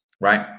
right